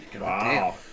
wow